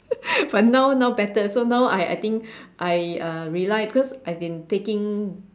but now now better so now I I think I uh rely because I've been taking